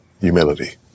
humility